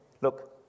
Look